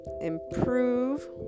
improve